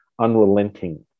unrelenting